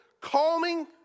calming